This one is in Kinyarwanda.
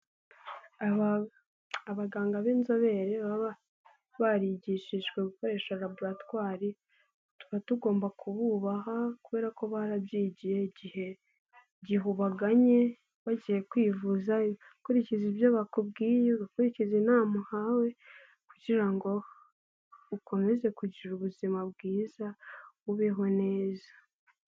Abaganga b'inzobere baba barigishijwe gukoresha laboratwari, tuba tugomba kububaha kubera ko barabyigiye igihe ubaganye ugiye kwivuza kurikiza ibyo bakubwiye, ukurikize inama uhawe kugira ngo ukomeze kugira ubuzima bwiza ubeho neza.